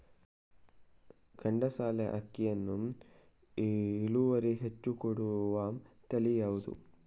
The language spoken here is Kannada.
ಗಂಧಸಾಲೆ ಅಕ್ಕಿಯಲ್ಲಿ ಇಳುವರಿ ಹೆಚ್ಚು ಕೊಡುವ ತಳಿ ಯಾವುದು?